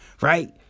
right